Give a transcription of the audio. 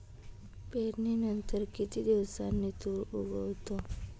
पेरणीनंतर किती दिवसांनी तूर उगवतो?